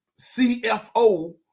CFO